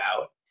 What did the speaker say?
out